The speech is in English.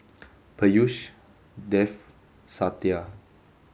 Peyush Dev Satya